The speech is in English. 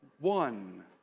One